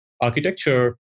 architecture